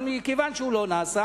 אבל מכיוון שהוא לא עשה,